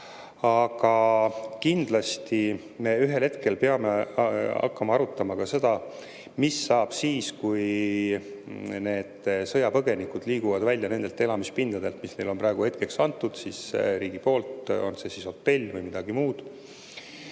Aga kindlasti me ühel hetkel peame hakkama arutama ka seda, mis saab siis, kui sõjapõgenikud liiguvad välja nendelt elamispindadelt, mis neile on praegu ajutiseks antud riigi poolt, on see siis hotell või midagi muud.